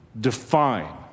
define